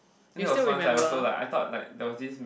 and that was one I also like I thought like deotics